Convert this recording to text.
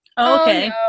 okay